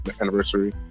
anniversary